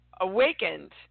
awakened